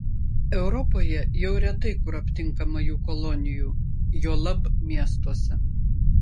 europoje jau retai kur aptinkama jų kolonijų juolab miestuose